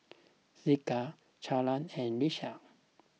Zeke Charlee and Lesia